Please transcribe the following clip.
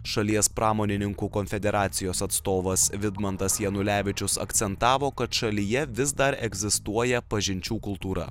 šalies pramonininkų konfederacijos atstovas vidmantas janulevičius akcentavo kad šalyje vis dar egzistuoja pažinčių kultūra